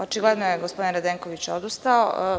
Očigledno je gospodine Radenković, odustao.